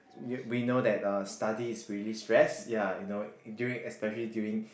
ya we know that study is really stress ya you know during especially during